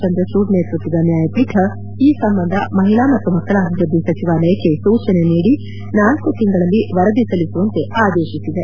ಚಂದ್ರಚೂಡ್ ನೇತೃತ್ವದ ನ್ವಾಯಪೀಠ ಈ ಸಂಬಂಧ ಮಹಿಳಾ ಮತ್ತು ಮಕ್ಕಳ ಅಭಿವೃದ್ದಿ ಸಚಿವಾಲಯಕ್ಕೆ ಸೂಚನೆ ನೀಡಿ ನಾಲ್ಲು ತಿಂಗಳಲ್ಲಿ ವರದಿ ಸಲ್ಲಿಸುವಂತೆ ಆದೇಶಿಸಿದೆ